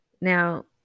Now